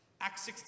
Acts